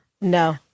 No